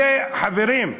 חברים,